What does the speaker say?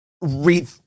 read